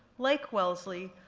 like wellesley,